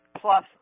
Plus